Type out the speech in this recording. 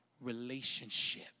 Relationship